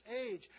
age